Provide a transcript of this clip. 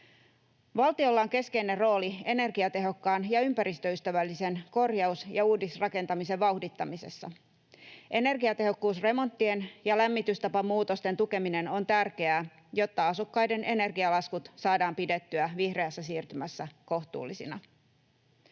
Valtiolla on keskeinen rooli energiatehokkaan ja ympäristöystävällisen korjaus- ja uudisrakentamisen vauhdittamisessa. Energiatehokkuusremonttien ja lämmitystapamuutosten tukeminen on tärkeää, jotta asukkaiden energialaskut saadaan pidettyä vihreässä siirtymässä kohtuullisina.